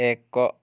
ଏକ